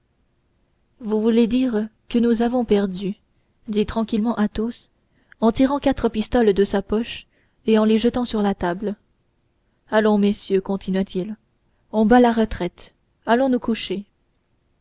vous voulez dire que nous avons perdu dit tranquillement athos en tirant quatre pistoles de sa poche et en les jetant sur la table allons messieurs continua-t-il on bat la retraite allons nous coucher